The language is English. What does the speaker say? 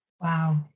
wow